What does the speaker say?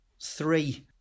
three